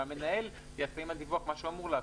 והמנהל יעשה עם הדיווח מה שאמור לעשות.